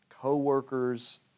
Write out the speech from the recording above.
co-workers